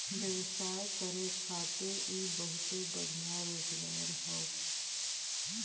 व्यवसाय करे खातिर इ बहुते बढ़िया रोजगार हौ